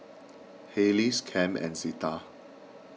hey lease Cam and Zita